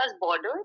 borders